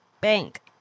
bank